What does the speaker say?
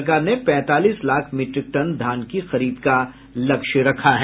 सरकार ने पैंतालीस लाख मीट्रिक टन धान की खरीद का लक्ष्य रखा है